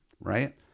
right